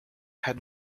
had